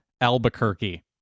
albuquerque